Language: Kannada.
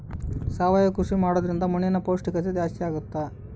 ಸಾವಯವ ಕೃಷಿ ಮಾಡೋದ್ರಿಂದ ಮಣ್ಣಿನ ಪೌಷ್ಠಿಕತೆ ಜಾಸ್ತಿ ಆಗ್ತೈತಾ?